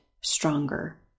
stronger